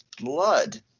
blood